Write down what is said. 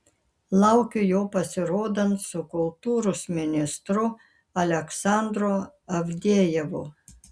laukiu jo pasirodant su kultūros ministru aleksandru avdejevu